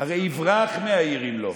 יברח מהעיר אם לא.